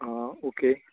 अं okay